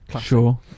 Sure